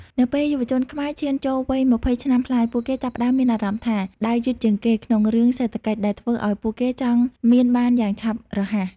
នៅពេលយុវជនខ្មែរឈានចូលវ័យ ២០ ឆ្នាំប្លាយ ពួកគេចាប់ផ្តើមមានអារម្មណ៍ថា "ដើរយឺតជាងគេ" ក្នុងរឿងសេដ្ឋកិច្ច ដែលធ្វើឱ្យពួកគេចង់មានបានយ៉ាងឆាប់រហ័ស។